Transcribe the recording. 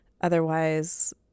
otherwise